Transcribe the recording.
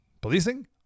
policing